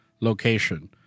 location